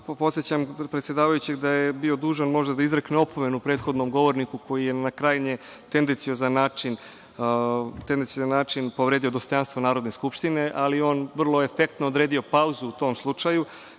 ljutite. Podsećam predsedavajućeg da je bio dužan možda da izrekne opomenu prethodnom govorniku koji je na krajnje tendenciozan način povredio dostojanstvo Narodne skupštine, ali on je vrlo efektno odredio pauzu u tom slučaju.